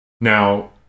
Now